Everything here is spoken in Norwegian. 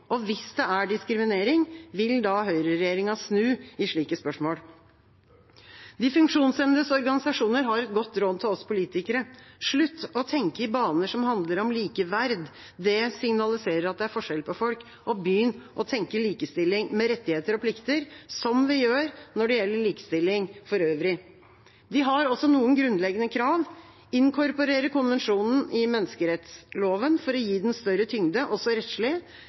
og hvis det er diskriminering, vil da høyreregjeringa snu i slike spørsmål? De funksjonshemmedes organisasjoner har et godt råd til oss politikere: Slutt å tenke i baner som handler om likeverd – det signaliserer at det er forskjell på folk – og begynn å tenke likestilling med rettigheter og plikter, som vi gjør når det gjelder likestilling for øvrig. De har også noen grunnleggende krav: inkorporere konvensjonen i menneskerettsloven for å gi den større tyngde, også rettslig,